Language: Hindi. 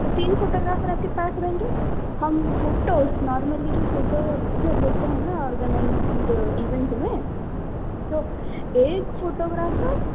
तो तीन फोटोग्राफर आपके पास रहेंगे हम फोटोस नार्मली जो फोटोज जो लेते हैं ऑर्गेनाइज जो इवेंट में तो एक फोटोग्राफर